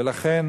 ולכן